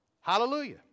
Hallelujah